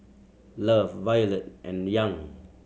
love Violet and Young